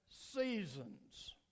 seasons